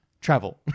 Travel